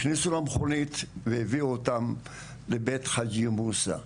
הכניסו למכונית והביאו אותם לבית חג'י מוסא.